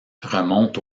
remonte